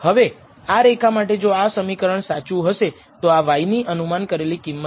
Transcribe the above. હવે આ રેખા માટે જો આ ખાસ સમીકરણ સાચું હશે તો આ y ની અનુમાન કરેલી કિંમત છે